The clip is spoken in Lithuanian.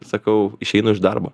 sakau išeinu iš darbo